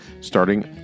starting